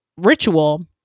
ritual